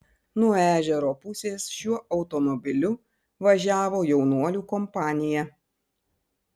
nuo ežero pusės šiuo automobiliu važiavo jaunuolių kompanija